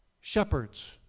Shepherds